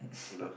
you know